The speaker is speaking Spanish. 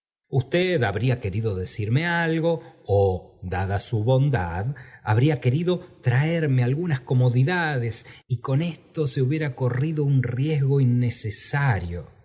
para descubrirme querido decirme algo ó dada su bondad habría querido traerme algunas comodidades y con esto se hubiera corrido un riesgo innecesario